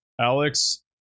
Alex